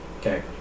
okay